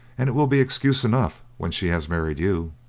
and it will be excuse enough when she has married you.